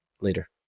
later